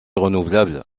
renouvelable